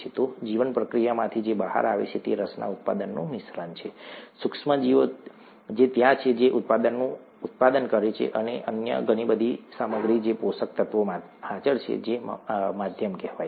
તો જીવપ્રક્રિયામાંથી જે બહાર આવે છે તે રસના ઉત્પાદનનું મિશ્રણ છે સૂક્ષ્મ જીવો જે ત્યાં છે જે ઉત્પાદનનું ઉત્પાદન કરે છે અને અન્ય ઘણી બધી સામગ્રી જે પોષક તત્વોમાં હાજર છે જે માધ્યમ કહેવાય છે